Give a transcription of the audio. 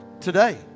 today